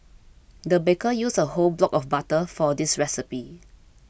the baker used a whole block of butter for this recipe